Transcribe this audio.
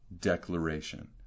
declaration